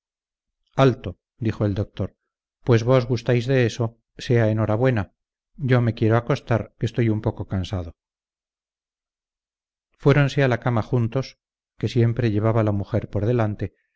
alto dijo el doctor pues vos gustáis de eso sea en hora buena yo me quiero acostar que estoy un poco cansado fuéronse a la cama juntos que siempre llevaba la mujer por delante aunque como ella vivía